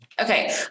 Okay